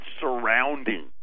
surrounding